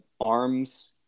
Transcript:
arm's